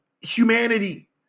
humanity